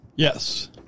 Yes